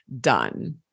done